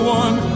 one